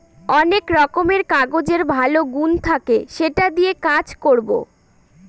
অনেক রকমের কাগজের ভালো গুন থাকে সেটা দিয়ে কাজ করবো